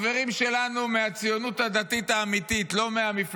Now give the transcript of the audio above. זהו, יצאו כולם?